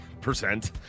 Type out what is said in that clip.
percent